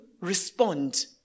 respond